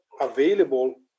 available